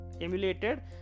emulated